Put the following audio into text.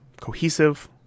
cohesive